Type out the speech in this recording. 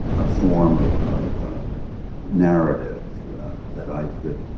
a form ah of narrative that i could